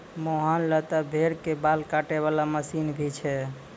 मोहन लॅ त भेड़ के बाल काटै वाला मशीन भी छै